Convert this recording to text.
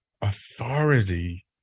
authority